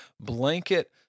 blanket